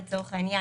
לצורך העניין,